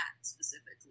specifically